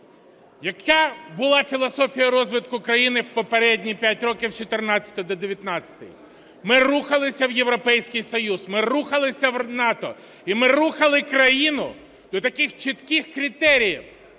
Яка була філософія розвитку країни попередні п'ять років, з 14-го до 19-го? Ми рухалися в Європейський Союз, ми рухалися в НАТО, і ми рухали країну до таких чітких критеріїв,